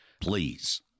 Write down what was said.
please